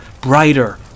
brighter